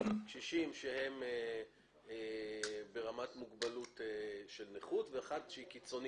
קשישים שהם ברמת מוגבלות של נכות ונכות שהיא קיצונית.